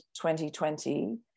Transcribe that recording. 2020